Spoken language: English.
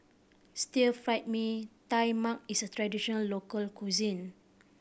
Stir Fried Mee Tai Mak is a traditional local cuisine